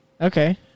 Okay